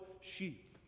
sheep